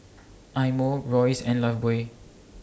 Eye Mo Royce and Lifebuoy